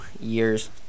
years